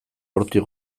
hortik